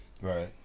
Right